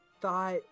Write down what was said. thought